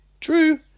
True